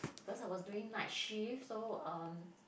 because I was doing night shift so um